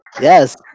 yes